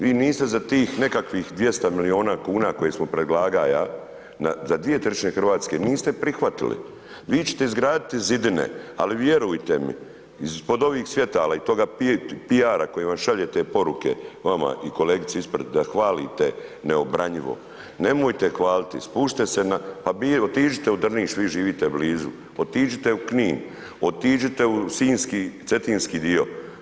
Vi niste za tih, nekakvih 200 milijuna kuna, koje smo predlagao ja, za 2/3 Hrvatske niste prihvatili, vi ćete izgraditi zidine, ali vjerujte mi, pod ovih svjetala i ovih PR kojima šaljete poruke vama i kolegici ispred, da hvalite neobranjivo, nemojte hvaliti i spustite se na, pa otiđite u Drniš, vi žive blizu, otiđite u Knin, otiđite u Sinjski, Cetinski dio.